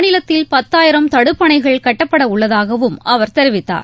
மாநிலத்தில் பத்தாயிரம் தடுப்பணைகள் கட்டப்பட உள்ளதாகவும் அவர் தெரிவித்தார்